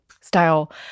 style